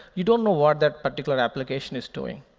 you don't know what that particular application is doing.